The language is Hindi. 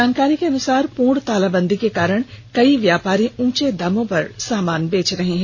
जानकारी के अनुसार पूर्ण तालाबंदी के कारण कई व्यापारी ऊँचे दाम पर सामान बेच रहे हैं